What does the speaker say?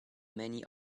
many